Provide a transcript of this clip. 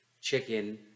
chicken